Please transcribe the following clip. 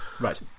Right